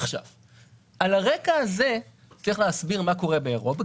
על הרקע זה צריך להסביר מה קורה באירופה,